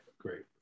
great